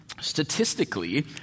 statistically